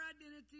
identity